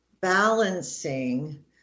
balancing